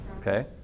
Okay